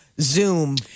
Zoom